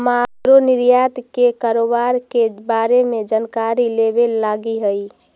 हमरो निर्यात के कारोबार के बारे में जानकारी लेबे लागी हई